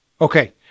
Okay